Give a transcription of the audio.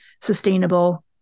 sustainable